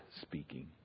speaking